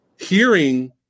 hearing